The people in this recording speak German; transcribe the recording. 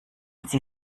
sie